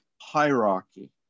hierarchy